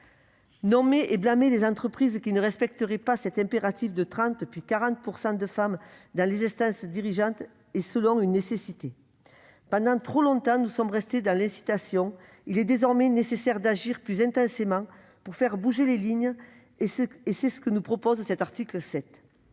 Nommer et blâmer les entreprises qui ne respecteraient pas cet impératif de 30 %, puis de 40 %, de femmes dans les instances dirigeantes est, selon nous, une nécessité. Pendant trop longtemps, nous en sommes restés à l'incitation ; il est désormais nécessaire d'agir plus intensément pour faire bouger les lignes : c'est ce qui nous est proposé à cet article 7.